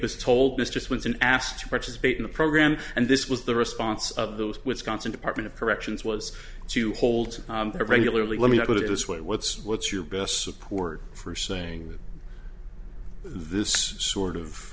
was told this just once and asked to participate in the program and this was the response of those wisconsin department of corrections was to hold that regularly let me put it this way what's what's your best support for saying that this sort of